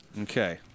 Okay